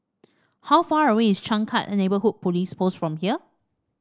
how far away is Changkat Neighbourhood Police Post from here